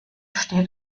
steht